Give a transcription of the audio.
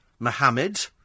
Mohammed